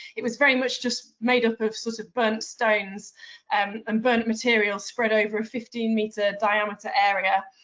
it was very much just made up of sort of burnt stones and um burnt material spread over a fifteen meter diameter area.